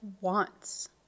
wants